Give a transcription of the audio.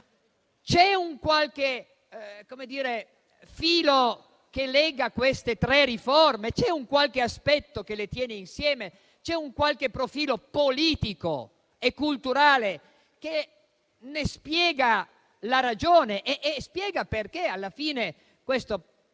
C'è un qualche filo che lega queste tre riforme? C'è un qualche aspetto che le tiene insieme? C'è un qualche profilo politico e culturale che ne spiega la ragione e spiega perché alla fine questo compromesso